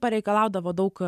pareikalaudavo daug